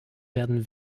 werden